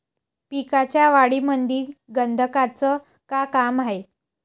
पिकाच्या वाढीमंदी गंधकाचं का काम हाये?